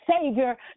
Savior